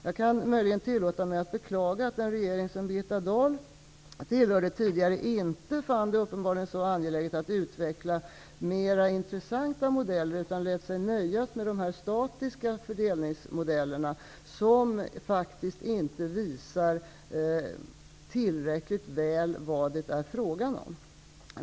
Jag kan möjligen tillåta mig att beklaga att den regering som Birgitta Dahl tidigare tillhörde uppenbarligen inte fann det så angeläget att utveckla mer intressanta modeller utan lät sig nöjas med de statiska fördelningsmodellerna, som faktiskt inte visar tillräckligt väl vad det är fråga om.